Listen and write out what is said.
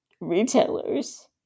retailers